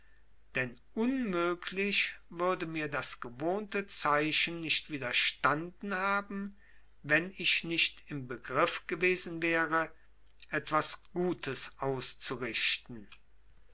denn unmöglich würde mir das gewohnte zeichen nicht widerstanden haben wenn ich nicht im begriff gewesen wäre etwas gutes auszurichten